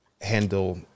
handle